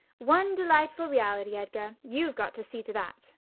one delightful reality, edgar. you've got to see to that.